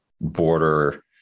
border